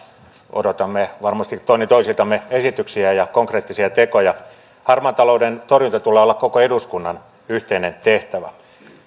odotamme varmasti toinen toisiltamme esityksiä ja ja konkreettisia tekoja harmaan talouden torjunnan tulee olla koko eduskunnan yhteinen tehtävä